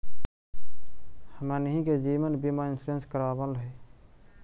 हमनहि के जिवन बिमा इंश्योरेंस करावल है?